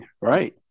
right